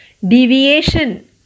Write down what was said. Deviation